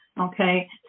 Okay